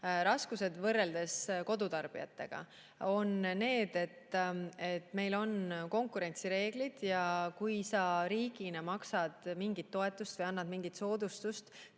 raskused võrreldes kodutarbijate [toetamisega]. Meil on konkurentsireeglid ja kui sa riigina maksad mingit toetust või annad mingit soodustust